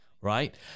right